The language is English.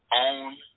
own